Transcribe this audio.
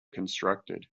constructed